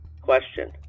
Question